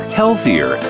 healthier